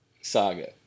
saga